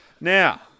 Now